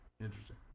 Interesting